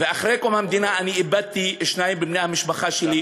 ואחרי קום המדינה איבדתי שניים מבני המשפחה שלי,